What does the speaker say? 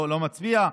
שאני לא מצביע,